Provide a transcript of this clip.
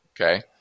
okay